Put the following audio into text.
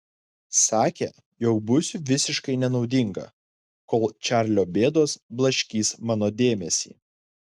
sakė jog būsiu visiškai nenaudinga kol čarlio bėdos blaškys mano dėmesį